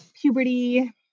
puberty